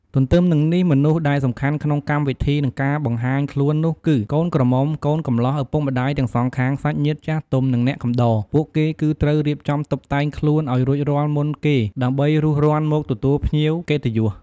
ទន្ទឹមនឹងនេះ មនុស្សដែលសំខាន់ក្នុងកម្មវិធីនិងការបង្ហាញខ្លួននោះគឺ កូនក្រមុំកូនកំលោះ ឪពុកម្តាយទាំងសងខាង សាច់ញាតិចាស់ទុំ និងអ្នកកំដរ ពួកគេគឺត្រូវរៀបចំតុបតែងខ្លួនឲ្យរួចរាល់មុនគេដើម្បីរួសរាន់មកទទួលភ្ញៀវកិត្តិយស។